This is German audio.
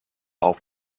auf